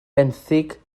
benthyg